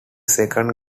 second